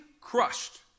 crushed